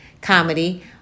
comedy